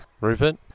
Rupert